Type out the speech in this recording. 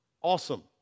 Awesome